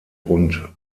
und